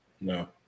No